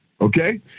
Okay